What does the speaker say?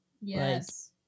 Yes